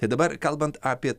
tai dabar kalbant apie